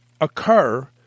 occur